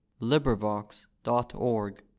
LibriVox.org